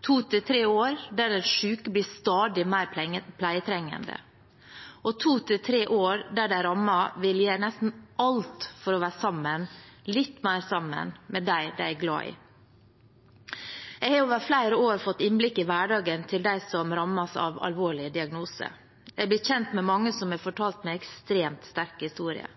to til tre år der den syke blir stadig mer pleietrengende, og to til tre år der de rammede vil gjøre nesten alt for å være sammen – litt mer sammen – med dem de er glad i. Jeg har over flere år fått innblikk i hverdagen til dem som rammes av alvorlige diagnoser. Jeg er blitt kjent med mange som har fortalt meg ekstremt sterke historier.